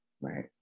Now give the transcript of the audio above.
Right